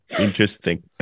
Interesting